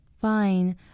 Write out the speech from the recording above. Fine